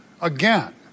again